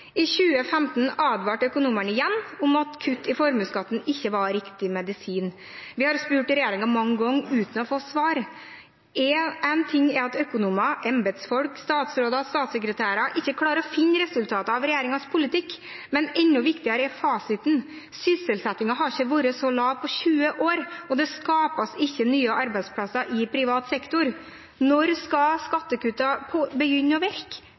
I 2015 advarte økonomene igjen om at kutt i formuesskatten ikke var riktig medisin. Vi har spurt regjeringen mange ganger uten å få svar. Én ting er at økonomer, embetsfolk, statsråder og statssekretærer ikke klarer å finne resultatene av regjeringens politikk, men enda viktigere er fasiten: Sysselsettingen har ikke vært så lav på 20 år, og det skapes ikke nye arbeidsplasser i privat sektor. Når skal skattekuttene begynne